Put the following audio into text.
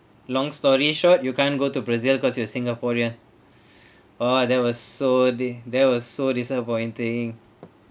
long story short you can't go to brazil cause you are singaporean ah that was so di~ that was so disappointing